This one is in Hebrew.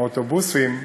האוטובוסים,